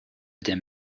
dim